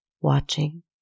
watching